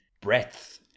breadth